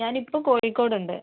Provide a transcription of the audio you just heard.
ഞാനിപ്പം കോഴിക്കോടുണ്ട്